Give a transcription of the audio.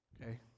Okay